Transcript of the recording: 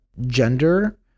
gender